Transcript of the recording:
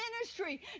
ministry